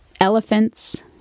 elephants